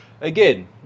again